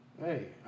Hey